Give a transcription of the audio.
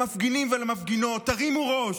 למפגינים ולמפגינות: תרימו ראש.